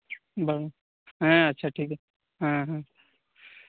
ᱵᱟᱝ ᱦᱮᱸ ᱟᱪᱪᱷᱟ ᱴᱷᱤᱠ ᱜᱮᱭᱟ ᱦᱮᱸ ᱦᱮᱸ